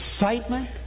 excitement